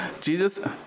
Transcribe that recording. Jesus